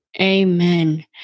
Amen